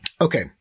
Okay